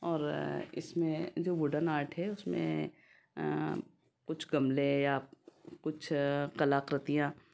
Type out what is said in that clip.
और इसमें जो गोल्डन आर्ट है उसमे कुछ गमले या कुछ कलाकृतियाँ